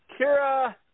Kira